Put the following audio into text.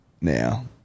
Now